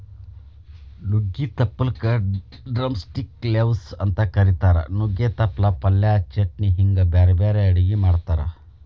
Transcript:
ನುಗ್ಗಿ ತಪ್ಪಲಕ drumstick leaves ಅಂತ ಕರೇತಾರ, ನುಗ್ಗೆ ತಪ್ಪಲ ಪಲ್ಯ, ಚಟ್ನಿ ಹಿಂಗ್ ಬ್ಯಾರ್ಬ್ಯಾರೇ ಅಡುಗಿ ಮಾಡ್ತಾರ